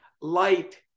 light